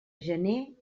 gener